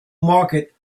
market